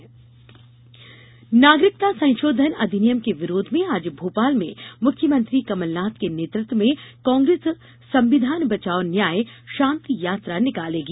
नागरिकता कानून नागरिकता संशोधन अधिनियम के विरोध में आज भोपाल में मुख्यमंत्री कमलनाथ के नेतृत्व में कांग्रेस संविधान बचाओ न्याय शांति यात्रा निकालेगी